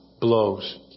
blows